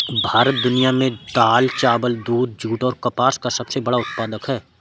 भारत दुनिया में दाल, चावल, दूध, जूट और कपास का सबसे बड़ा उत्पादक है